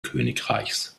königreichs